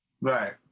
Right